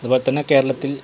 അതുപോലെ തന്നെ കേരളത്തിൽ